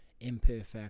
imperfect